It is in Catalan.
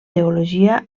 teologia